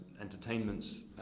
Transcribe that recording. entertainments